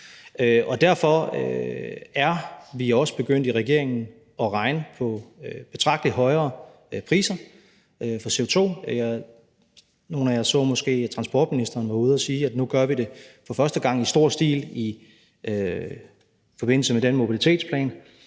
Derfor er vi også begyndt i regeringen at regne på betragtelig højere priser for CO2. Nogle af jer så måske, at transportministeren var ude at sige, at nu gør vi det for første gang i stor stil i forbindelse med den mobilitetsplan,